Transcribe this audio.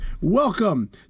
Welcome